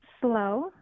slow